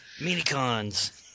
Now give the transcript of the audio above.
minicons